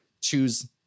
choose